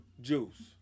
Juice